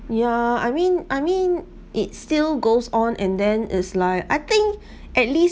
yeah I mean I mean it still goes on and then is like I think at least